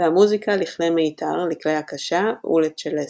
והמוזיקה לכלי מיתר, לכלי הקשה ולצ׳לסטה.